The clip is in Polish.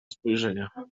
spojrzenia